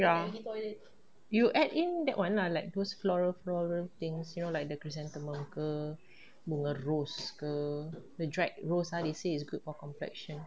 ya you add in that [one] lah like those floral floral things you know like the chrysanthemum ke bunga rose ke the dried rose ah they say is good for complexion